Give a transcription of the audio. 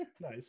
nice